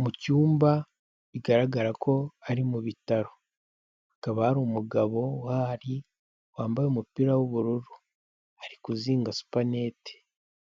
Mu cyumba bigaragara ko ari mu bitaro, hakaba hari umugabo uhari wambaye umupira w'ubururu, ari kuzinga supaneti,